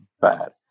bad